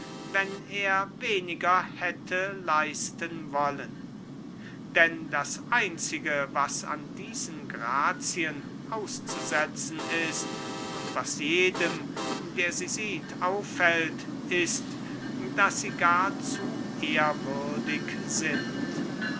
wenn er weniger hätte leisten wollen denn das einzige was an diesen grazien auszusetzen ist und was jedem der sie sieht auffällt ist daß sie gar zu ehrwürdig sind